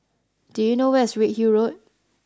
do you know where is Redhill Road